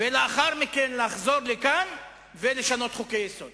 ולאחר מכן לחזור לכאן ולשנות חוקי-יסוד